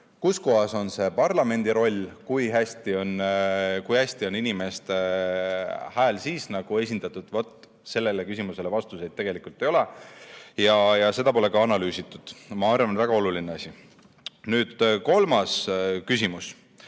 Kus kohas on see parlamendi roll, kui hästi on inimeste hääl siis esindatud, vaat sellele küsimusele vastuseid tegelikult ei ole. Seda pole ka analüüsitud. Ma arvan, et see on väga oluline asi. Nüüd, kolmas küsimus